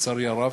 לצערי הרב.